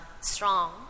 strong